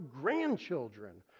grandchildren